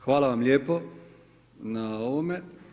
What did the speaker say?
Hvala vam lijepo na ovome.